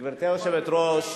גברתי היושבת-ראש,